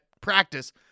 practice